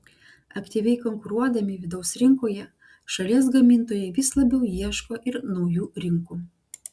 aktyviai konkuruodami vidaus rinkoje šalies gamintojai vis labiau ieško ir naujų rinkų